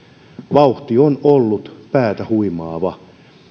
vauhti on ollut päätähuimaava